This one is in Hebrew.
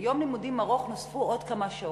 ביום לימודים ארוך נוספו עוד כמה שעות.